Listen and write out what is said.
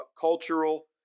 cultural